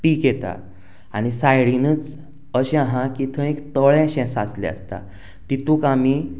पीक येता आनी सायडीनच अशें आहा की थंय एक तळेंशें साचलें आसता तितूंक आमी